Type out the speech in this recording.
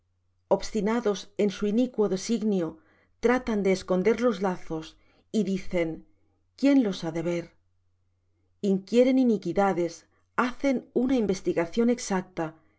obstinados en su inicuo designio tratan de esconder los lazos y dicen quién los ha de ver inquieren iniquidades hacen una investigación exacta